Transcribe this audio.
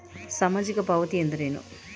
ಸಾಮಾಜಿಕ ಪಾವತಿ ಎಂದರೇನು?